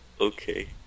Okay